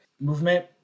Movement